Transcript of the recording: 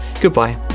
goodbye